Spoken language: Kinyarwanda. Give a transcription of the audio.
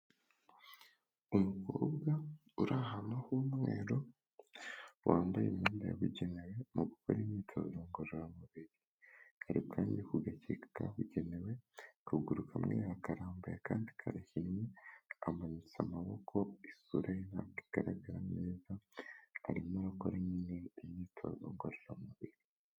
Umukobwa uri ahantu h'umweru wambaye imyenda yabugenewe mu gukora imyitozo ngororamubiri kari kandiwanjye ku gake kabugenewe kuguruka mwiha akarambayeye kandidi kkinnyi kamanitse amaboko isura ye ntabwo igaragara neza arimorakora nyine imyitozo ngororamubiri.